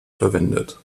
verwendet